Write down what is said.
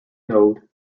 node